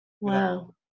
wow